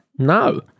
No